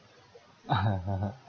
(uh huh)